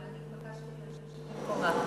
אבל התבקשתי להשיב במקומה.